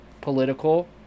political